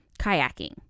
kayaking